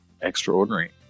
extraordinary